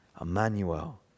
Emmanuel